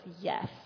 yes